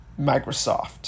Microsoft